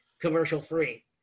commercial-free